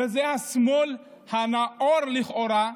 וזה השמאל הנאור, לכאורה,